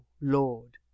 Lord